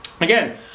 again